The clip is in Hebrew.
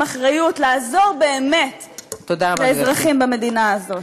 אחריות לעזור באמת לאזרחים במדינה הזאת.